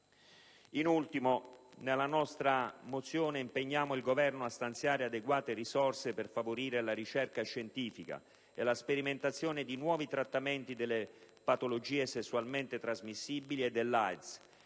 In ultimo, nella nostra mozione impegniamo il Governo a stanziare adeguate risorse per favorire la ricerca scientifica e la sperimentazione di nuovi trattamenti delle patologie sessualmente trasmissibili e dell'AIDS;